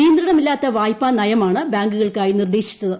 നിയന്ത്രണമില്ലാത്ത വായ്പാനയമാണ് ബാങ്കുകൾക്കായി നിർദ്ദേശിച്ചത്